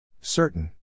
Certain